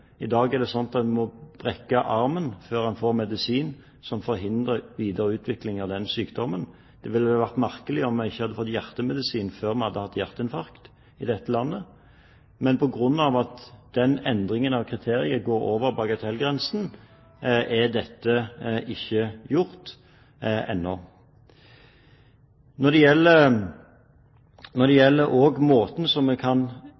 I dag er det slik at en må brekke armen før en får medisin som forhindrer videre utvikling av denne sykdommen. Det ville vært merkelig om en i dette landet ikke hadde fått hjertemedisin før en hadde hatt hjerteinfarkt. Men på grunn av at endringen i kriterier går over bagatellgrensen, er dette ikke gjort ennå. Når det gjelder måten som en ytterligere kan